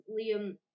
Liam